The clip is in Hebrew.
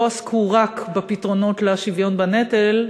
לא עסקו רק בפתרונות לשוויון בנטל,